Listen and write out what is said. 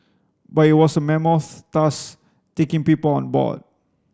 but it was a mammoth task taking people on board